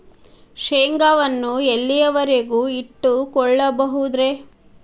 ಶೇಂಗಾವನ್ನು ಎಲ್ಲಿಯವರೆಗೂ ಇಟ್ಟು ಕೊಳ್ಳಬಹುದು ರೇ?